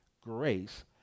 grace